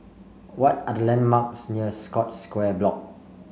what are the landmarks near Scotts Square Block